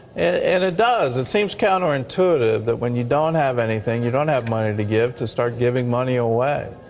and it does. it seems counter intuitive that when you don't have anything, you don't have money to give, to start giving money away.